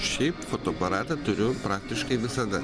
šiaip fotoaparatą turiu praktiškai visada